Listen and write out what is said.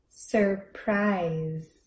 surprise